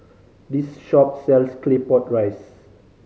this shop sells Claypot Rice